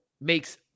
makes